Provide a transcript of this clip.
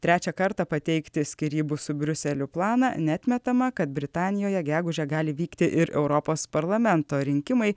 trečią kartą pateikti skyrybų su briuseliu planą neatmetama kad britanijoje gegužę gali vykti ir europos parlamento rinkimai